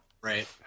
Right